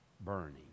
burning